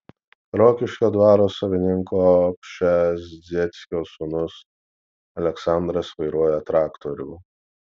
rokiškio dvaro savininko pšezdzieckio sūnus aleksandras vairuoja traktorių